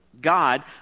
God